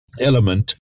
element